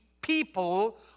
people